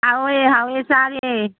ꯍꯥꯎꯋꯦ ꯍꯥꯎꯋꯦ ꯆꯥꯔꯦ